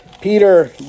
Peter